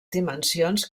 dimensions